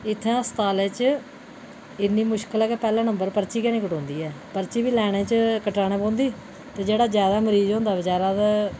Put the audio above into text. इत्थै असंपतालै च इन्नी मुश्कल ऐ कि पैह्लें नम्बर पर्ची गै नेईं कटोंदी पर्ची बी लाइनै च कटाने पौंदी ते जेह्ड़ा जैदा मरीज होंदा बचारा ते